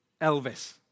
Elvis